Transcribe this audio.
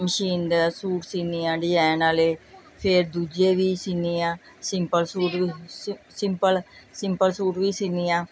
machine ਦਾ suit ਸਿਊਂਦੀ ਹਾਂ ਡਿਜ਼ਾਇਨ ਵਾਲੇ ਫਿਰ ਦੂਜੇ ਵੀ ਸਿਊਂਦੀ ਹਾਂ simple suit simple simple suit ਵੀ ਸਿਊਂਦੀ ਹਾਂ